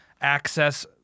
access